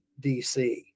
DC